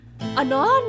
Anon